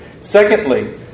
Secondly